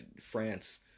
France